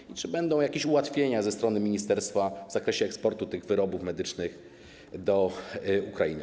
I czy będą jakieś ułatwienia ze strony ministerstwa w zakresie eksportu tych wyrobów medycznych do Ukrainy?